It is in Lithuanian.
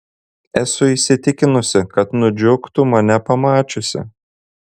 esu įsitikinusi kad nudžiugtų mane pamačiusi